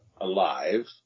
alive